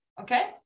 Okay